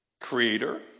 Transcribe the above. creator